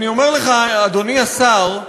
אני אומר לך, אדוני השר,